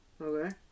Okay